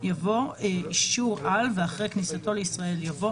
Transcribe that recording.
יבוא "אישור על" ואחרי ״כניסתו לישראל״ יבוא